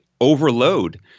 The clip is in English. overload